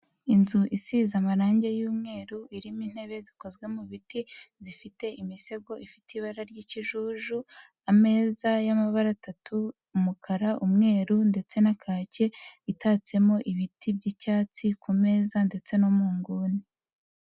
Inzu isize amarangi y'umweru irimo intebe zikozwe mu biti zifite imisego ifite ibara ry'ikijuju, ameza y'amabara atatu umukara, umweru ndetse na kake itatsemo ibiti by'icyatsi ku meza ndetse no mu nguni.